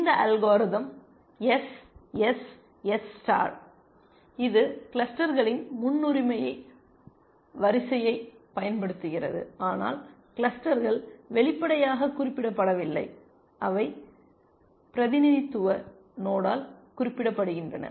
இந்த algorithm SSS star இது கிளஸ்டர்களின் முன்னுரிமையை வரிசையைப் பயன்படுத்துகிறது ஆனால் கிளஸ்டர்கள் வெளிப்படையாக குறிப்பிடப்படவில்லை அவை பிரதிநிதித்துவ நோடால் குறிப்பிடப்படுகின்றன